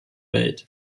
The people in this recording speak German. welt